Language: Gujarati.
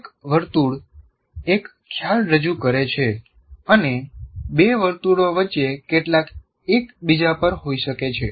દરેક વર્તુળ એક ખ્યાલ રજૂ કરે છે અને બે વર્તુળો વચ્ચે કેટલાક એકબીજા પર હોઈ છે